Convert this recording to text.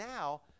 now